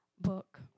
book